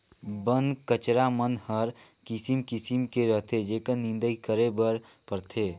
बन कचरा मन हर किसिम किसिम के रहथे जेखर निंदई करे बर परथे